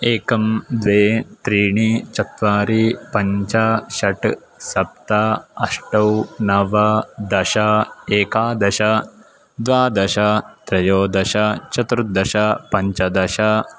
एकं द्वे त्रीणि चत्वारि पञ्च षट् सप्त अष्टौ नव दश एकादश द्वादश त्रयोदश चतुर्दश पञ्चदश